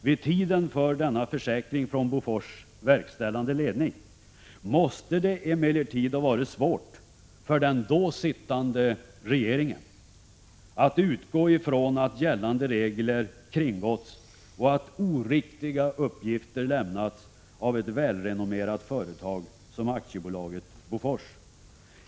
Vid tiden för denna försäkran från Bofors verkställande ledning måste det emellertid ha varit svårt för den då sittande regeringen att utgå från att gällande regler kringgåtts och att oriktiga uppgifter lämnats av ett välrenommerat företag som AB Bofors.